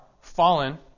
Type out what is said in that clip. fallen